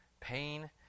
pain